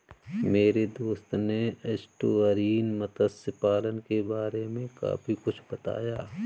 मेरे दोस्त ने एस्टुअरीन मत्स्य पालन के बारे में काफी कुछ बताया